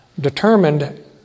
determined